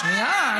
שנייה,